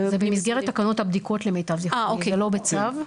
זה במסגרת תקנות הבדיקות למיטב זכרוני, זה לא בצו.